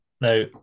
now